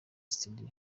studio